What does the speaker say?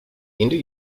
indo